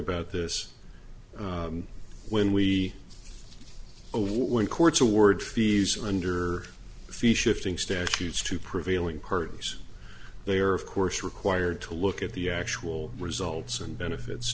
about this when we owe one courts award fees under fee shifting statutes to prevailing parties they are of course required to look at the actual results and benefits